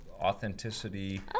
authenticity